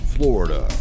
Florida